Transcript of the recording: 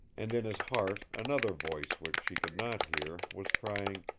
and in his heart another voice which she could not hear, was crying,